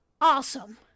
awesome